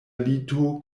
lito